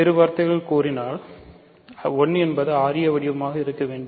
வேறு வார்த்தைகளில் கூறுவதானால் 1 என்பது ra வடிவமாக இருக்க வேண்டும்